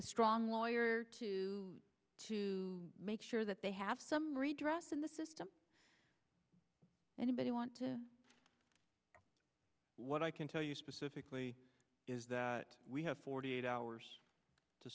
a strong lawyer to make sure that they have some redress in the system anybody want to see what i can tell you specifically we have forty eight hours to